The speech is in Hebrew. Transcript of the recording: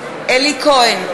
אלי כהן,